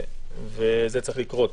זה צריך לקרות.